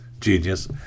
Genius